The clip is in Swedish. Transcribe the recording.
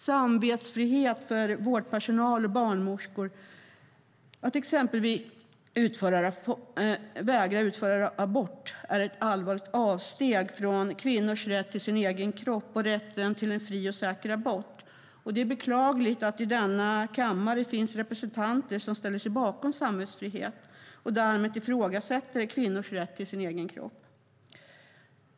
Samvetsfrihet för vårdpersonal och barnmorskor att exempelvis vägra att utföra abort är ett allvarligt avsteg från kvinnors rätt till sin egen kropp och rätten till en fri och säker abort. Det är beklagligt att det i denna kammare finns representanter som ställer sig bakom samvetsfrihet och därmed ifrågasätter kvinnors rätt till sin egen kropp.